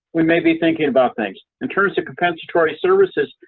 we may be thinking about things. in terms of compensatory services,